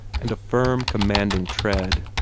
and a firm, commanding tread.